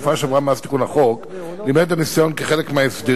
בתקופה שעברה מאז תיקון החוק לימד הניסיון כי חלק מההסדרים